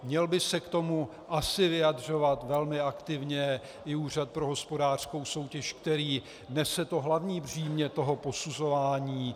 Měl by se k tomu asi vyjadřovat velmi aktivně i Úřad pro hospodářskou soutěž, který nese hlavní břímě posuzování.